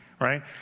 right